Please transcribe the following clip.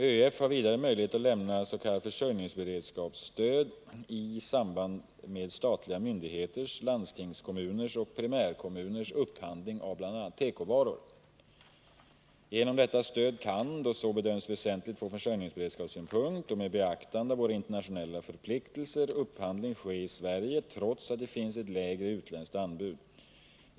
ÖEF har vidare möjlighet att lämna s.k. försörjningsberedskapsstöd i samband med statliga myndigheters, landstingskommuners och primärkommuners upphandling av bl.a. tekovaror. Genom detta stöd kan då så bedöms väsentligt från försörjningsberedskapssynpunkt och med beaktande av våra internationella förpliktelser upphandling ske i Sverige, trots att det finns ett lägre utländskt anbud.